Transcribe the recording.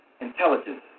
intelligence